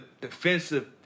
defensive